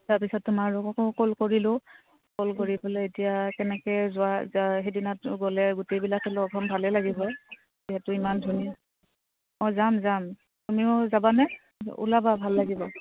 তাৰপিছত তোমোলোককো কল কৰিলোঁ কল কৰি পেলাই এতিয়া কেনেকে যোৱা সেইদিনা গ'লে গোটেইবিলাক লগ হ'ম ভালেই লাগিব যিহেতু ইমান ধুনীয়া অঁ যাম যাম তুমিও যাবানে ওলাবা ভাল লাগিব